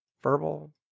Verbal